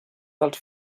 dels